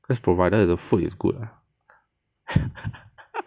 because provided the food is good lah